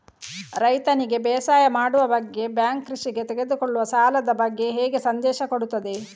ರೈತನಿಗೆ ಬೇಸಾಯ ಮಾಡುವ ಬಗ್ಗೆ ಬ್ಯಾಂಕ್ ಕೃಷಿಗೆ ತೆಗೆದುಕೊಳ್ಳುವ ಸಾಲದ ಬಗ್ಗೆ ಹೇಗೆ ಸಂದೇಶ ಕೊಡುತ್ತದೆ?